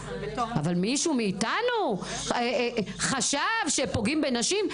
אבל מישהו מאיתנו חשב שפוגעים בנשים?